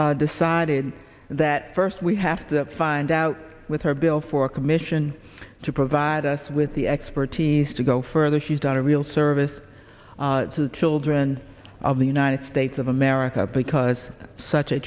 decided that first we have to find out with her bill for commission to provide us with the expertise to go further she's done a real service to the children of the united states of america because such a